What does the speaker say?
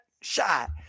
shot